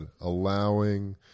Allowing